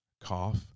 cough